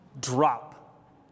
drop